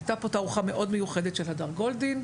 היתה פה תערוכה מאוד מיוחדת של הדר גולדין,